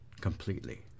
completely